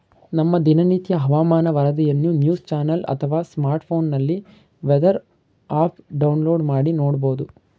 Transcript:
ನಮ್ಮ ದಿನನಿತ್ಯದ ಹವಾಮಾನ ವರದಿಯನ್ನು ನ್ಯೂಸ್ ಚಾನೆಲ್ ಅಥವಾ ಸ್ಮಾರ್ಟ್ಫೋನ್ನಲ್ಲಿ ವೆದರ್ ಆಪ್ ಡೌನ್ಲೋಡ್ ಮಾಡಿ ನೋಡ್ಬೋದು